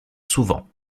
souvent